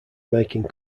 making